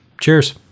cheers